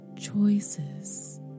choices